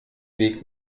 weg